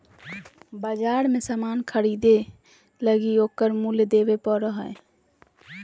बाजार मे सामान ख़रीदे लगी ओकर मूल्य देबे पड़ो हय